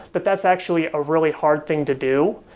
that that's actually a really hard thing to do,